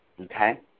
Okay